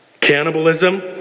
Cannibalism